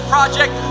Project